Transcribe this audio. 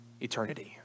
eternity